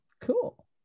cool